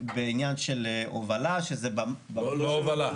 בעניין של הובלה --- לא, לא הובלה.